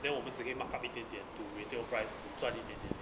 then 我们只可以 mark up 一点点 to retail price to 赚一点点而已